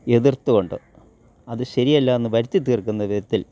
എതിർത്ത് കൊണ്ട് അത് ശരിയല്ലാന്ന് വരുത്തി തീർക്കുന്ന വിധത്തിൽ